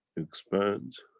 expands